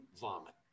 vomit